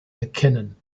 erkennen